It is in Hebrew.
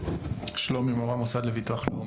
בבקשה.